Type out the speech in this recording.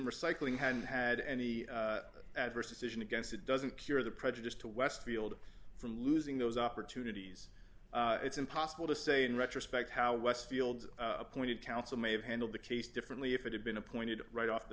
recycling hadn't had any adverse decision against it doesn't cure the prejudice to westfield from losing those opportunities it's impossible to say in retrospect how westfield appointed counsel may have handled the case differently if it had been appointed right off the